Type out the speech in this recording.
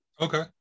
Okay